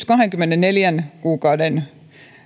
kahdenkymmenenneljän kuukauden